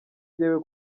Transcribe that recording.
jyewe